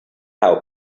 how